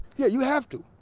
yeah you have to.